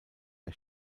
der